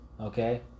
Okay